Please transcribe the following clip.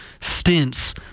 stints